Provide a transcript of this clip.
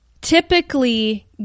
typically